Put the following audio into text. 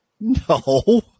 No